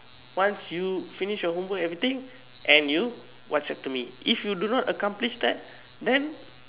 once you finish your homework and everything and you WhatsApp to me if you do not accomplish that then